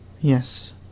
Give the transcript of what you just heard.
Yes